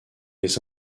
les